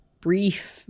brief